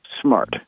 smart